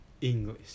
English